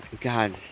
God